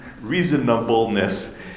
reasonableness